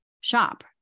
shop